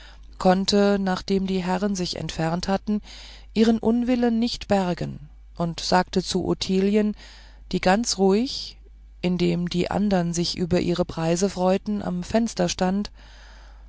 konnte nachdem die herren sich entfernt hatten ihren unwillen nicht bergen und sagte zu ottilien die ganz ruhig indem die andern sich über ihre preise freuten am fenster stand